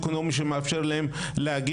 הם גומרים את התואר שלהם,